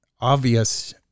obvious